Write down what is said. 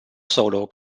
solo